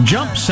Jump